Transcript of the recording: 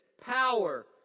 power